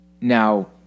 now